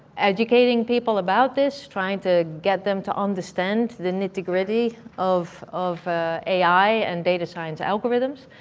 educating people about this, trying to get them to understand the nitty gritty of of ai and data science algorithms.